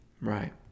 Right